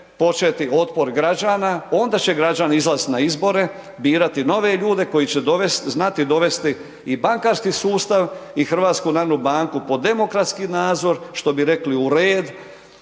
početi otpor građana, onda će građani izlazit na izbore birati nove ljude koji će dovesti, znati dovesti i bankarski sustav i HNB pod demokratski nadzor, što bi rekli u red